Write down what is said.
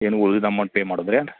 ಇನ್ನ ಉಳ್ದ amount pay ಮಾಡುದ್ರೆನ್